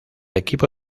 equipo